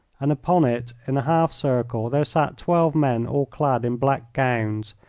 and upon it in a half circle there sat twelve men all clad in black gowns,